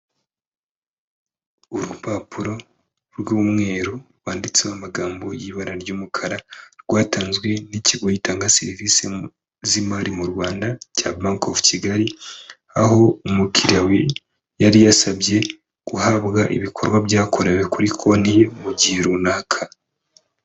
Urupapuro rw'umweru rwanditseho amagambo y'ibara ry'umukara, rwatanzwe n'ikigo gitanga serivisi z'imari mu Rwanda cya Banki ofu Kigali, aho umukiriya yari yasabye guhabwa ibikorwa byakorewe kuri kontiye mu gihe runaka.